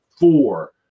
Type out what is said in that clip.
Four